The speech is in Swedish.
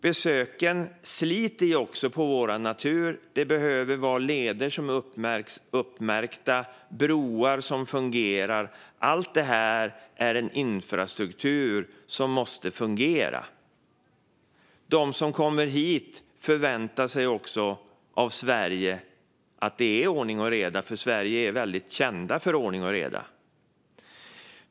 Besöken sliter på naturen. Det behöver finnas uppmärkta leder, broar och annan infrastruktur, och den måste fungera. De som kommer hit förväntar sig också av Sverige att det är ordning och reda, för Sverige är känt för just ordning och reda.